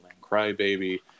Crybaby